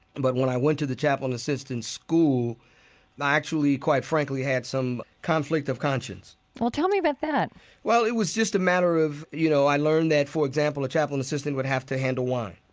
but when i went to the chaplain assistant's school, i actually, quite frankly, had some conflict of conscience well, tell me about that well, it was just a matter of, you know, i learned that, for example, a chaplain assistant would have to handle wine,